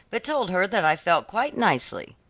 but told her that i felt quite nicely